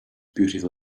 beautiful